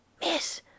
Miss